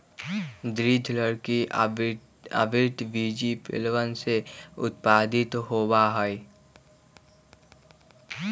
दृढ़ लकड़ी आवृतबीजी पेड़वन से उत्पादित होबा हई